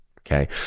Okay